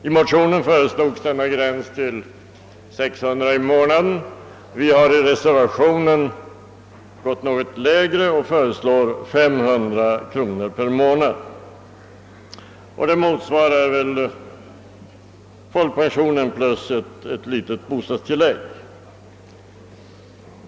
I motionen föreslogs att detta minimibelopp skulle vara 600 kronor per månad; vi har i reservationen föreslagit 500 kronor per månad — det motsvarar ungefär folkpensionen plus ett litet bostadstillägg.